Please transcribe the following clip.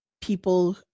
people